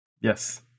Yes